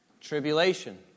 tribulation